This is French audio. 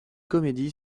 comédie